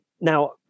Now